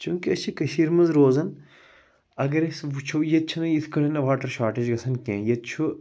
چونٛکہِ أسۍ چھِ کٔشیٖرِ منٛز روزان اگر أسۍ وُچھو ییٚتہِ چھَنہٕ یِتھ کٲٹھۍ واٹَر شارٹیج گژھان کیٚنٛہہ ییٚتہِ چھُ